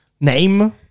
name